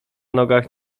nogach